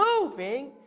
moving